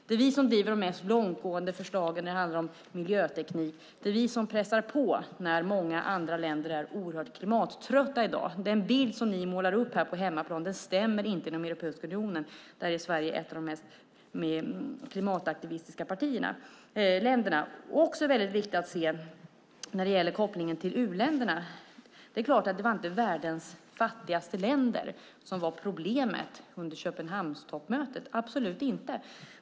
Det är vi som driver de mest långtgående förslagen när det handlar om miljöteknik. Det är vi som pressar på när många andra länder är oerhört klimattrötta i dag. Den bild som ni målar upp på hemmaplan stämmer inte i Europeiska unionen. Där är Sverige ett av de mest klimataktivistiska länderna. Det är också viktigt att se en sak när det gäller kopplingen till u-länderna. Det är klart att det inte var världens fattigaste länder som var problemet under Köpenhamnstoppmötet, absolut inte.